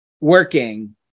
working